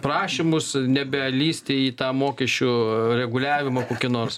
prašymus nebelįsti į tą mokesčių reguliavimą kokį nors